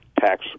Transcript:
tax